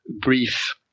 brief